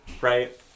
Right